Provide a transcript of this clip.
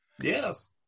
Yes